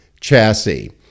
chassis